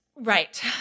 Right